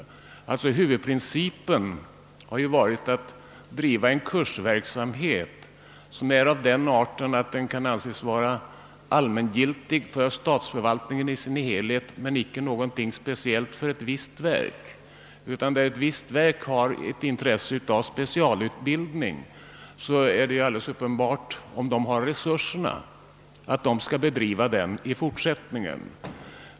Huvudprincipen har varit att bedriva en kursverksamhet av den arten att den kan anses vara allmängiltig för statsförvaltningen i dess helhet och icke avsedd speciellt för ett visst verk. Om ett visst verk har intresse av specialutbildning och har resurser därför, är det alldeles uppenbart att verket skall bedriva sådan utbildning i fortsättningen.